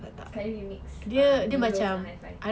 kakak remix mean girls dengan high five